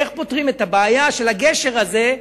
איך פותרים את הבעיה של הגשר הזה,